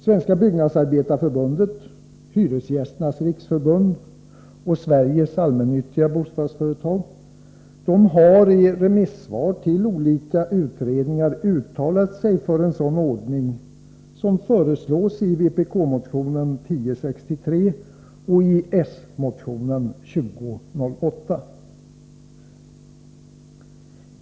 Svenska byggnadsarbetareförbundet, Hyresgästernas riksförbund och Sveriges allmännyttiga bostadsföretag har i remissvar till olika utredningar uttalat sig för en sådan ordning som föreslås i vpk-motion 1063 och s-motion 2008.